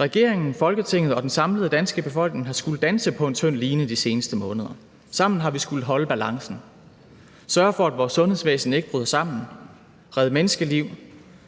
Regeringen, Folketinget og den samlede danske befolkning har skullet danse på en tynd line de seneste måneder. Sammen har vi skullet holde balancen, sørge for, at vores sundhedsvæsen ikke bryder sammen, redde menneskeliv,